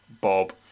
Bob